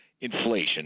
inflation